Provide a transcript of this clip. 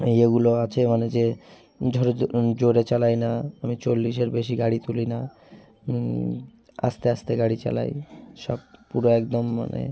এই এগুলো আছে মানে যে জোরে জো জোরে চালাই না আমি চল্লিশের বেশি গাড়ি তুলি না আস্তে আস্তে গাড়ি চালাই সব পুরো একদম মানে